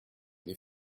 les